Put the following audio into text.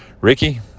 Ricky